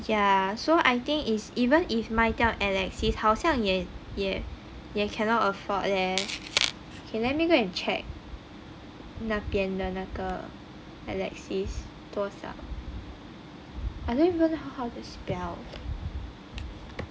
ya so I think is even if 卖掉 alexis 好像也也也 cannot afford leh can let me go and check 那边的那个 alexis 多少 I don't even know how to spell